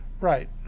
right